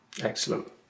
Excellent